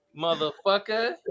Motherfucker